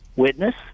witness